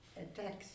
attacks